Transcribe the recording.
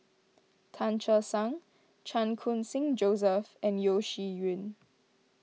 Tan Che Sang Chan Khun Sing Joseph and Yeo Shih Yun